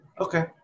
Okay